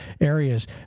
areas